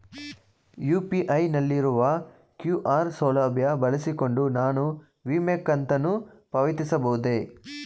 UPI ನಲ್ಲಿರುವ QR ಸೌಲಭ್ಯ ಬಳಸಿಕೊಂಡು ನಾನು ವಿಮೆ ಕಂತನ್ನು ಪಾವತಿಸಬಹುದೇ?